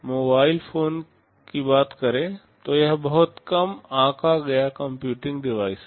mobile phone की बात करें तो यह बहुत कम आंका गया कंप्यूटिंग डिवाइस है